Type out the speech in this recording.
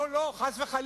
לא, לא, חס וחלילה.